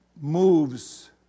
moves